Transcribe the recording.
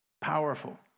powerful